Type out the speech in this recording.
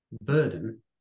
burden